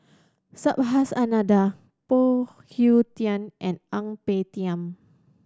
Subhas Anandan Phoon Yew Tien and Ang Peng Tiam